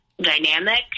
Dynamic